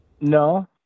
No